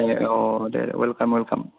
ए औ दे welcome welcome